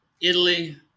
Italy